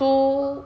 two